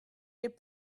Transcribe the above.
les